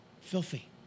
Filthy